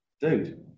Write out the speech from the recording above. dude